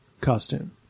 costume